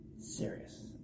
serious